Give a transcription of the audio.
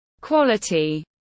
quality